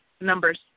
numbers